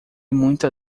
muita